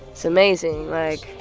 it's amazing. like,